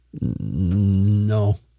No